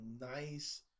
nice